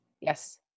yes